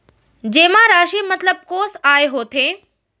जेमा राशि मतलब कोस आय होथे?